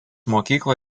mokyklą